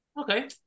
Okay